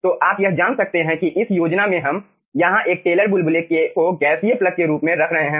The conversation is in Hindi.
तो आप यह जान सकते हैं कि इस योजना में हम यहाँ एक टेलर बुलबुले को गैसीय प्लग के रूप में रख रहे हैं